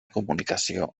comunicació